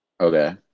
Okay